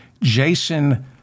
Jason